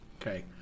Okay